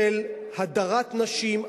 של הדרת נשים,